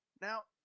Now